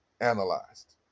analyzed